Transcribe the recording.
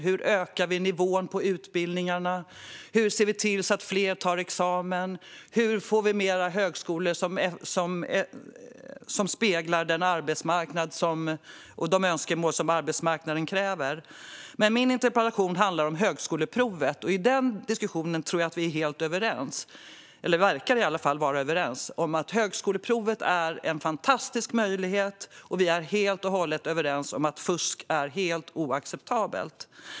Hur ökar vi nivån på utbildningarna? Hur ser vi till att fler tar examen? Hur får vi fler högskolor som speglar de önskemål som arbetsmarknaden har? Min interpellation handlar dock om högskoleprovet. I den diskussionen tror jag att vi är helt överens - vi verkar i alla fall vara det - om att högskoleprovet är en fantastisk möjlighet. Vi är också helt och hållet överens om att fusk är helt oacceptabelt.